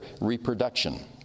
reproduction